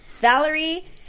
Valerie